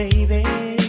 Baby